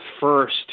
first